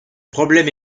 problème